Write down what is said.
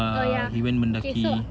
oh ya okay so